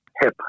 hip